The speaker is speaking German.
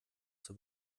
zur